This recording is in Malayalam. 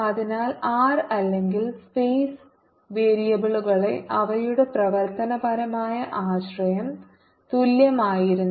അതിനാൽ r അല്ലെങ്കിൽ സ്പേസ് വേരിയബിളുകളെ അവയുടെ പ്രവർത്തനപരമായ ആശ്രയം തുല്യമായിരുന്നു